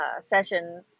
session